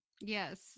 yes